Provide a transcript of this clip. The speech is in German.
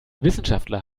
wissenschaftler